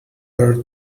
her